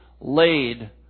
laid